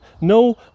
No